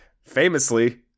famously